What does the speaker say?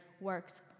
works